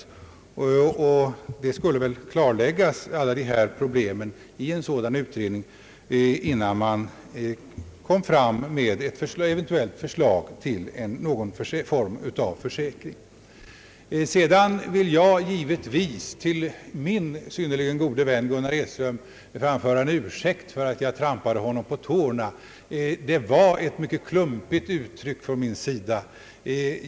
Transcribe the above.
Alla dessa problem skulle väl klarläggas i en sådan utredning innan man skulle lägga fram ett even tuellt förslag till någon form av försäkring. Till min synnerligen gode vän Gunnar Edström vill jag givetvis framföra en ursäkt för att jag trampade honom på tårna. Det var ett mycket klumpigt uttryck från min sida.